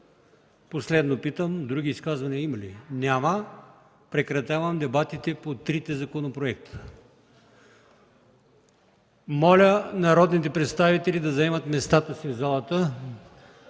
Последно питам: други изказвания има ли? Няма. Прекратявам дебатите по трите законопроекта. Моля народните представители да заемат местата си в залата